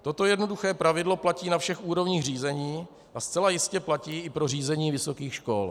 Toto jednoduché pravidlo platí na všech úrovních řízení a zcela jistě platí i pro řízení vysokých škol.